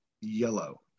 yellow